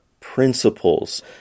principles